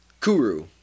Kuru